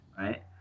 Right